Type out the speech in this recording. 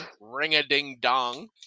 ring-a-ding-dong